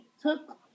took